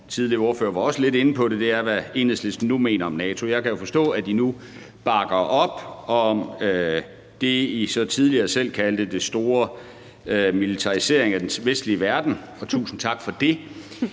tidligere ordfører også var lidt inde på, er, hvad Enhedslisten nu mener om NATO. Jeg kan jo forstå, at man nu bakker op om det, som Enhedslisten tidligere selv kaldte for den store militarisering af den vestlige verden – og tusind tak for det.